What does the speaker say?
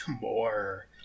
more